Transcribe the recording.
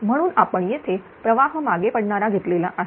म्हणून आपण येथे प्रवाह मागे पडणारा घेतलेला आहे